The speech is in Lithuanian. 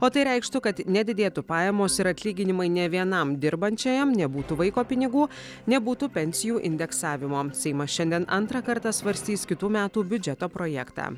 o tai reikštų kad nedidėtų pajamos ir atlyginimai nė vienam dirbančiajam nebūtų vaiko pinigų nebūtų pensijų indeksavimo seimas šiandien antrą kartą svarstys kitų metų biudžeto projektą